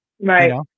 Right